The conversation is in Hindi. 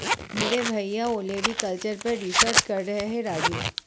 मेरे भैया ओलेरीकल्चर पर रिसर्च कर रहे हैं राजू